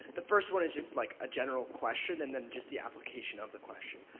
the first one is just like a general question, and then just the application of the question.